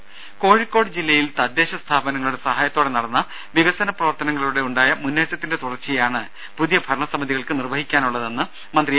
ദേദ കോഴിക്കോട് ജില്ലയിൽ തദ്ദേശ സ്ഥാപനങ്ങളുടെ സഹായത്തോടെ നടന്ന വികസന പ്രവർത്തനങ്ങളിലൂടെ ഉണ്ടായ മുന്നേറ്റത്തിന്റെ തുടർച്ചയാണ് പുതിയ ഭരണ സമിതികൾക്ക് നിർവ്വഹിക്കാനുളളതെന്ന് മന്ത്രി എ